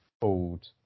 called